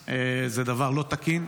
שבעיניי זה דבר לא תקין.